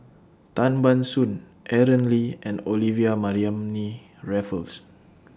Tan Ban Soon Aaron Lee and Olivia Mariamne Raffles